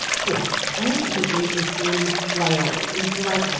yeah grand teton is in wyoming, and if you're like,